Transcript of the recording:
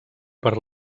per